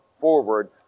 forward